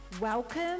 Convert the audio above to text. Welcome